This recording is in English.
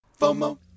FOMO